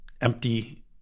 empty